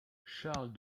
charles